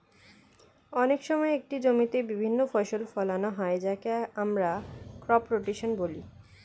অনেক সময় একটি জমিতে বিভিন্ন ফসল ফোলানো হয় যাকে আমরা ক্রপ রোটেশন বলি